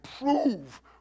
prove